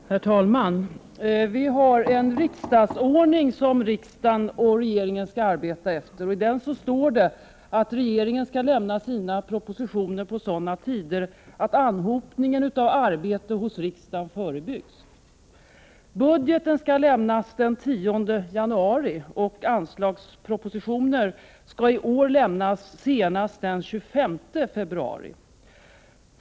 Herr talman! Vi har en riksdagsordning som riksdagen och regeringen skall arbeta efter. I riksdagsordningen står det att regeringen skall lämna sina propositioner på sådana tider att anhopningen av arbete hos riksdagen förebyggs. Budgeten skall lämnas den 10 januari, och anslagspropositioner skulle i år ha lämnats senast den 25 februari.